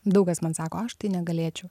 daug kas man sako aš tai negalėčiau